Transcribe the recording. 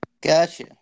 Gotcha